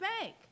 bank